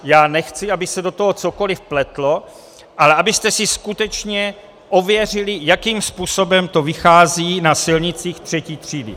Já nechci, aby se do toho cokoli pletlo, ale abyste si skutečně ověřili, jakým způsobem to vychází na silnicích třetí třídy.